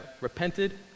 repented